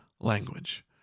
language